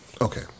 Okay